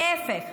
להפך,